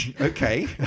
Okay